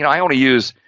and i only use,